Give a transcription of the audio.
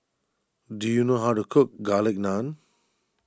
do you know how to cook Garlic Naan